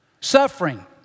Suffering